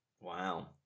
Wow